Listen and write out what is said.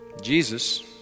Jesus